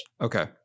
Okay